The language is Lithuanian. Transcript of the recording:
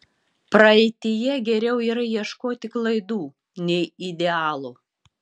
praeityje geriau yra ieškoti klaidų nei idealų